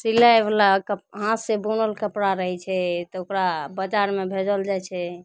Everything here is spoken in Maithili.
सिलाइवलाके हाथसे बुनल कपड़ा रहै छै तऽ ओकरा बाजारमे भेजल जाए छै